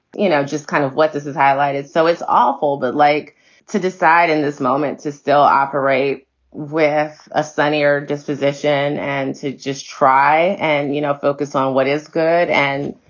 you know, just kind of what this is highlighted. so it's awful but like to decide in this moment is still operate with a sunnier disposition and to just try and, you know, focus on what is good and,